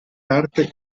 carte